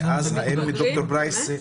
אז, ד"ר פרייס,